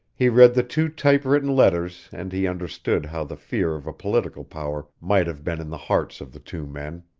he read the two typewritten letters and he understood how the fear of a political power might have been in the hearts of the two men.